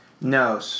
No